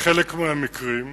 בחלק מהמקרים,